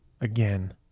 Again